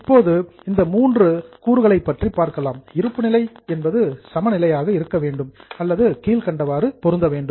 இப்போது இந்த மூன்று காம்பநண்ட்ஸ் கூறுகளை பற்றி பார்க்கலாம் இருப்பு நிலை என்பது சம நிலையாக இருக்க வேண்டும் அல்லது கீழ்கண்டவாறு பொருந்த வேண்டும்